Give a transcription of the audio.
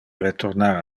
retornar